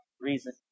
reason